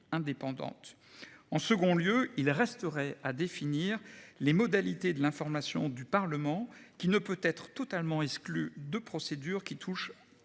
En second lieu, il resterait à définir les modalités de l'information du Parlement qui ne peut être totalement exclu de procédure qui touche à la